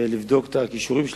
צריך לבדוק את הכישורים שלהם,